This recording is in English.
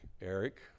Eric